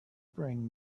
bring